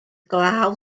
glaw